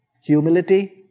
Humility